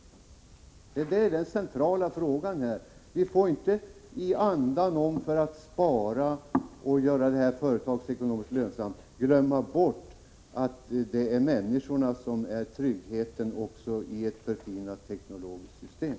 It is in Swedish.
Det är den centrala frågan. Vi får inte i vår iver att spara och att göra verksamheten företagsekonomiskt lönsam glömma bort att det är människorna som är tryggheten också i ett förfinat teknologiskt system.